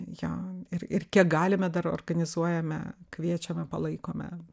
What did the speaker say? jo ir ir kiek galime dar organizuojame kviečiame palaikome